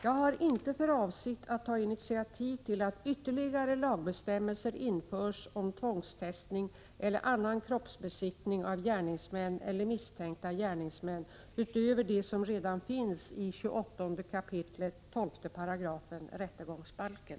Jag har inte för avsikt att ta initiativ till att ytterligare lagbestämmelser införs om tvångstestning eller annan kroppsbesiktning av gärningsmän eller misstänkta gärningsmän utöver dem som redan finns i 28 kap. 12§ rättegångsbalken.